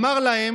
הוא אמר להם: